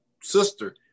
sister